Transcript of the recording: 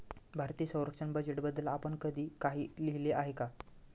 भारतीय संरक्षण बजेटबद्दल आपण कधी काही लिहिले आहे का?